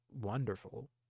Wonderful